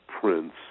prince